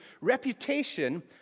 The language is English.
reputation